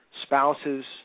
spouses